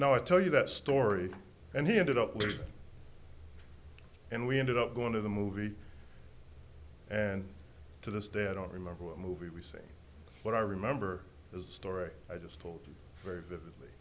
now i tell you that story and he ended up with it and we ended up going to the movie and to this day i don't remember what movie we see what i remember is the story i just told very vividly